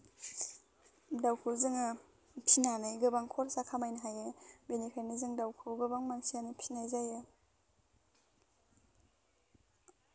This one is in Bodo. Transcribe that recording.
दाउखौ जोङो फिसिनानै गोबां खरसा खामायनो हायो बेनिखायनो जों दाउखौ गोबां मानसियानो फिसिनाय जायो